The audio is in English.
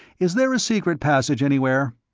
is there a secret passage anywhere?